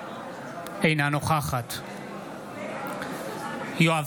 אינה נוכחת יואב